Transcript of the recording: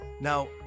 Now